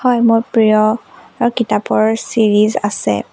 হয় মোৰ প্ৰিয় কিতাপৰ ছিৰিজ আছে